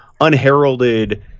unheralded